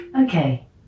Okay